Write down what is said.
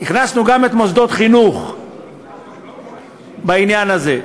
הכנסנו גם את מוסדות החינוך בעניין הזה.